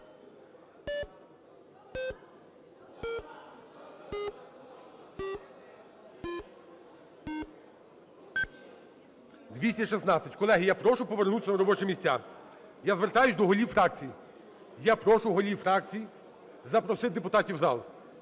За-216 Колеги, я прошу повернутися на робочі місця. Я звертаюся до голів фракцій, я прошу голів фракцій запросити депутатів в зал.